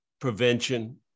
prevention